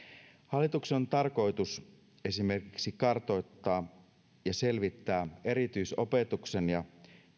hallituksen on tarkoitus esimerkiksi kartoittaa ja selvittää erityisopetuksen ja